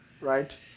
right